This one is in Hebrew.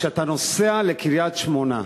כשאתה נוסע לקריית-שמונה,